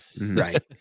Right